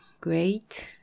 great